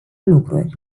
lucruri